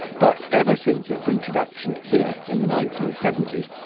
but ever since its introduction here, in the nineteen seventy s,